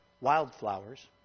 wildflowers